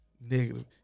negative